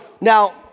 now